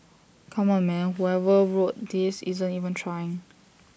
come on man whoever wrote this isn't even trying